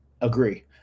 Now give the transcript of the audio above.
agree